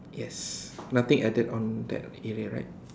yes nothing added on that area right